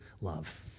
love